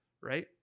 right